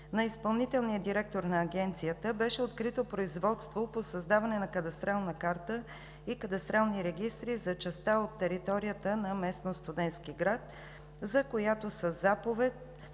на изпълнителния директор на Агенцията беше открито производство по създаване на кадастрална карта и кадастрални регистри за частта от територията на местност „Студентски град“, за която със заповед